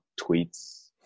tweets